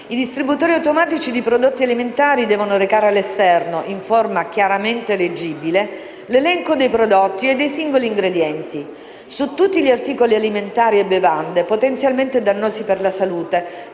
I distributori automatici di prodotti alimentari devono recare all'esterno, in forma chiaramente leggibile, l'elenco dei prodotti e dei singoli ingredienti. Su tutti gli articoli alimentari e bevande potenzialmente dannosi per la salute,